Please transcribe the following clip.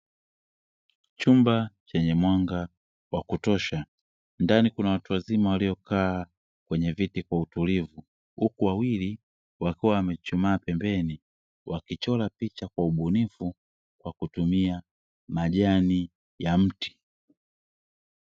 Chumba chenye mwanga wa kutosha ndani kuna watu wazima waliokaa kwenye viti kwa utulivu huku wawili wakiwa wamechuchumaa pembeni wakichora picha kwa ubunifu kwa kutumia majani ya mti.